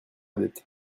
dette